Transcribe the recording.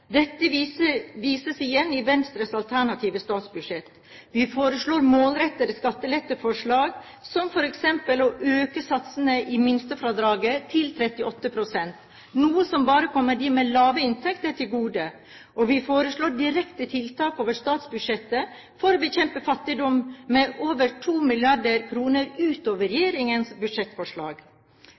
Dette vises igjen i Venstres alternative statsbudsjett. Vi foreslår målrettede skatteletteforslag, som f.eks. å øke satsene i minstefradraget til 38 pst. – noe som bare kommer dem med lave inntekter til gode – og vi foreslår direkte tiltak over statsbudsjettet for å bekjempe fattigdom, med over 2 mrd. kr utover regjeringens budsjettforslag.